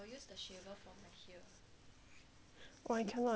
!wah! I cannot eh it will be very itchy